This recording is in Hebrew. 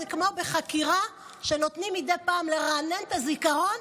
זה כמו בחקירה שנותנים מדי פעם לרענן את הזיכרון,